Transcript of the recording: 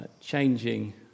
changing